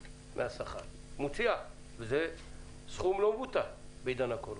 מסוים מהשכר שהוא לא מבוטל בעידן הקורונה.